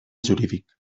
jurídic